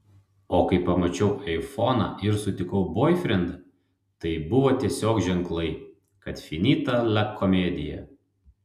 o kai pamačiau aifoną ir sutikau boifrendą tai buvo tiesiog ženklai kad finita la komedija